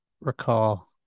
recall